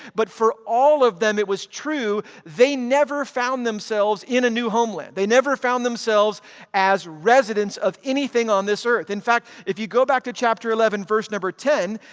but for all of them it was true, they never found themselves in a new homeland. they never found themselves as residents of anything on this earth. in fact if you go back to chapter eleven verse number ten,